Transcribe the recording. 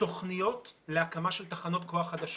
תוכניות להקמה של תחנות כוח חדשות.